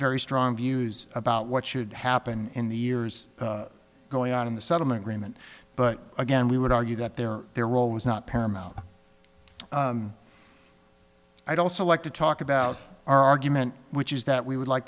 very strong views about what should happen in the years going on in the settlement agreement but again we would argue that their their role was not paramount i don't so like to talk about our argument which is that we would like